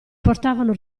portavano